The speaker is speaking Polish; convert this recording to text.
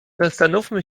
zastanówmy